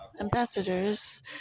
ambassadors